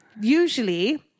usually